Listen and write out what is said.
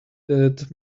that